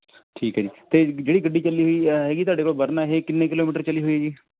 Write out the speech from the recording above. ਠੀਕ ਹੈ ਜੀ ਅਤੇ ਜਿਹੜੀ ਗੱਡੀ ਚੱਲੀ ਹੋਈ ਹੈਗੀ ਤੁਹਾਡੇ ਕੋਲ ਵਰਨਾ ਇਹ ਕਿੰਨੇ ਕਿਲੋਮੀਟਰ ਚੱਲੀ ਹੋਈ ਜੀ